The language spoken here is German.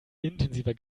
intensiver